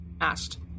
asked